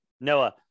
Noah